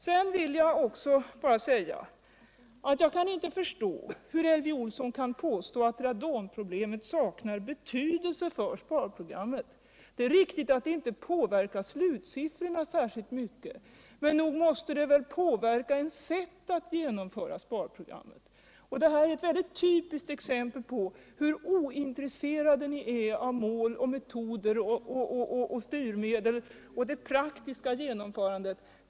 Sedan vill jag bara säga följunde. Jag kan inte förstå hur Elvy Olsson kan påstå att radonproblemet saknar betydelse för sparprogrammet. Det är riktigt att det inte påverkar siffrorna särskilt mycket, men nog måste det väl påverka ens sätt att genomföra sparprogrammet. Detta är ett typiskt exempel på hur ointresserade ni är av mål. metoder, styrmedel och det praktiska genomförandet.